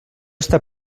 està